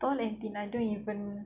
tall and thin I don't even